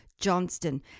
Johnston